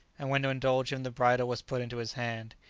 and when to indulge him the bridle was put into his hand,